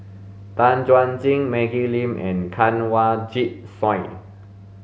Tan Chuan Jin Maggie Lim and Kanwaljit Soin